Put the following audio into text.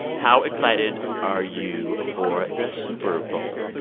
how excited are you for the super bowl?